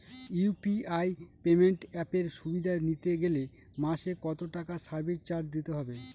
UPI payment অ্যাপের সুবিধা নিতে গেলে মাসে কত টাকা সার্ভিস চার্জ দিতে হবে?